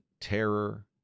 terror